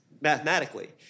mathematically